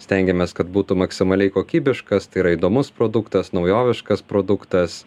stengiamės kad būtų maksimaliai kokybiškas tai yra įdomus produktas naujoviškas produktas